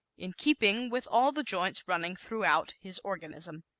in keeping with all the joints running throughout his organism.